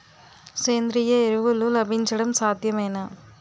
సేంద్రీయ ఎరువులు లభించడం సాధ్యమేనా?